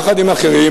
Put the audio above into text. יחד עם אחרים,